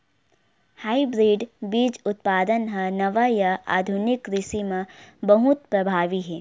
hybrid बीज उत्पादन हा नवा या आधुनिक कृषि मा बहुत प्रभावी हे